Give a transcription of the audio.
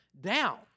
down